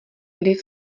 vliv